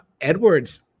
Edwards